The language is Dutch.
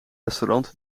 restaurant